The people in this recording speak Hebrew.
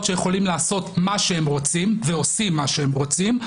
שיכולים לעשות מה שהם רוצים ועושים מה שהם רוצים,